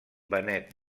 benet